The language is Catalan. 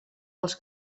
als